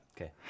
Okay